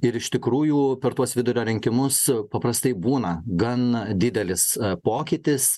ir iš tikrųjų per tuos vidurio rinkimus paprastai būna gan didelis pokytis